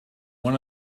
one